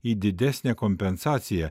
į didesnę kompensaciją